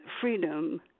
freedom